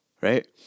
right